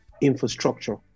infrastructure